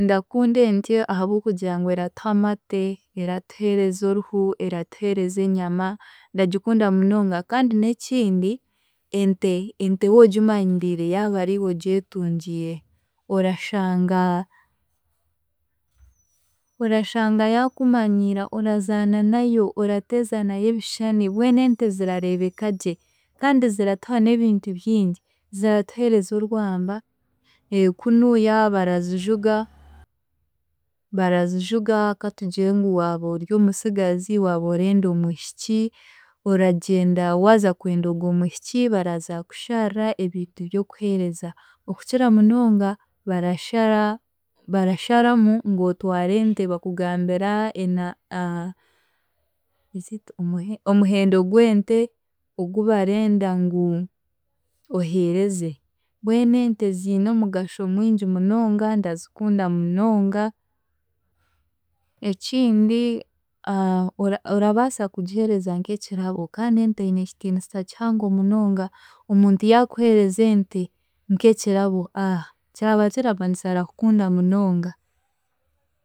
Ndakunda ente ahabw'okugira ngu eratuha amate, eratuheereza oruhu, eratuheereza enyama ndagikunda munonga kandi n'ekindi ente, ente w'okimanyiriire yaaba ariiwe ogyetungiire orashanga, orashanga yaakumanyira orazaana nayo orateeza nayo ebishani mbwenu ente zirareebeka gye kandi ziratuha n'ebintu bingi ziratuheereza orwamba, kunuuya barazijuga, barazijuga katugire ngu waaba ori omusigazi, waaba orenda omwishiki, oragyenda waaza kwenda ogwo mwishiki baraza kukusharira ebintu by'okuheereza okukira munonga barashara barasharamu ngu otware ente bakugambira ena- is it omuhendo omuhendo gw'ente ogu barenda ngu oheereze mbwenu ente ziine omugsaho mwingi munonga ndazikunda munonga. Ekindi orabaasa kugiheereza nk'ekirabo kandi ente eine ekitiinisa kihango munonga, omuntu yaakuheereza ente nk'ekirabo kiraba kiramanyiisa arakukunda munonga.